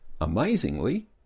amazingly